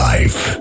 Life